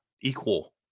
equal